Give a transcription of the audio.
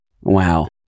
Wow